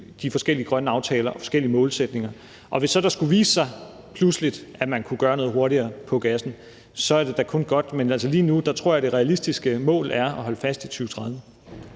de forskellige grønne aftaler og forskellige målsætninger. Og hvis det pludselig skulle vise sig, at man kunne gøre noget hurtigere i forhold til gassen, er det da kun godt. Men altså, lige nu tror jeg, det realistiske mål er at holde fast i 2030.